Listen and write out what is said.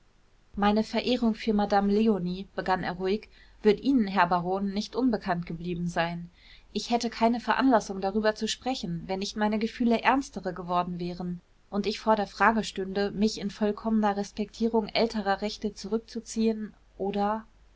meine verehrung für madame leonie begann er ruhig wird ihnen herr baron nicht unbekannt geblieben sein ich hätte keine veranlassung darüber zu sprechen wenn nicht meine gefühle ernstere geworden wären und ich vor der frage stünde mich in vollkommener respektierung älterer rechte zurückzuziehen oder